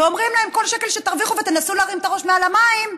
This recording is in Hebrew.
ואומרים להם: כל שקל שתרוויחו ותנסו להרים את הראש מעל המים,